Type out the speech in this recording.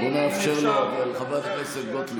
בואי נאפשר לו, חברת הכנסת גוטליב.